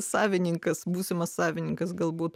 savininkas būsimas savininkas galbūt